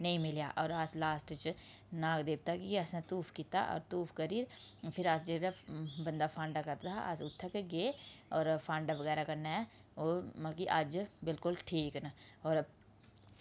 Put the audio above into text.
नेईं मिलेआ होर अस लास्ट च नाग देवते गी गै असें धूफ कीता होर धूफ करी'र फिर अस जेह्ड़ा बंदा फांडा करदा हा अस उत्थैं बी गे होर फांडा बगैरा कन्नै ओह् मतलब कि अज्ज बिल्कुल ठीक न होर